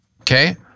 okay